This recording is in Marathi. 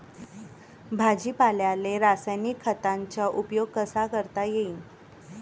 भाजीपाल्याले रासायनिक खतांचा उपयोग कसा करता येईन?